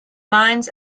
mind